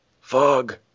Fog